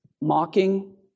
mocking